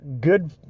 good